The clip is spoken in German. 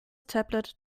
tablet